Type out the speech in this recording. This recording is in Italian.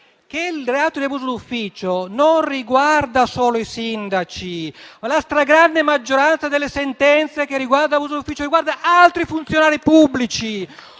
il reato di abuso d'ufficio non riguarda solo i sindaci. La stragrande maggioranza delle sentenze relative all'abuso d'ufficio riguarda altri funzionari pubblici.